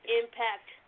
impact